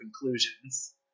conclusions